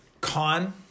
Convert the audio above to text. Con